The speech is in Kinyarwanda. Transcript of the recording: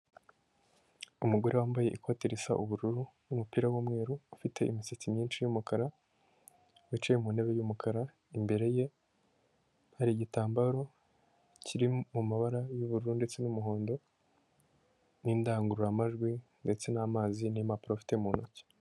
Umugore wambaye ikoti risa ubururu n'umupira w'umweru, ufite imisatsi myinshi y'umukara, wicaye mu ntebe, imbere ye hari igitambara kiri mumabara y'ubururu ndetse n'umuhondo n'indangururamajwi ndetse n'amazi n'impapuro afite mu ntoki.